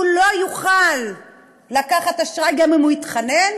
הוא לא יוכל לקחת אשראי גם אם הוא יתחנן,